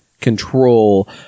control